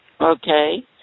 Okay